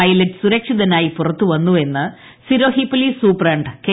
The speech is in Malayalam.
പൈലറ്റ് സുരക്ഷിതനായി പുറത്തുവന്നുവെന്ന് സിരോഹി പൊലീസ് സൂപ്രണ്ട് കെ